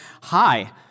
hi